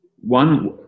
one